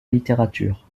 littérature